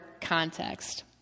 context